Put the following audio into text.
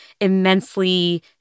immensely